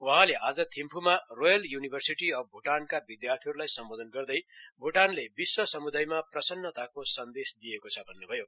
वहाँ आज थिम्फूमा रोयल य्निवर्सिटी आफ भूटानका विधार्थीहरूलाई सम्बोधन गर्दै भूटानले विश्व समुदायमा प्रसन्नताको संन्देश दिएको छ भन्नुभयो